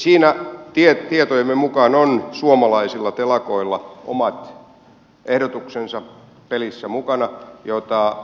siinä tietojemme mukaan on suomalaisilla telakoilla omat ehdotuksensa pelissä mukana joita